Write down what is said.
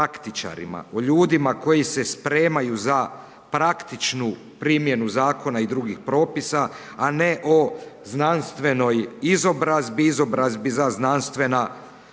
o ljudima koji se spremaju za praktičnu primjenu zakona i drugih propisa a ne o znanstvenoj izobrazbi, izobrazbi za znanstvena